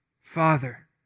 Father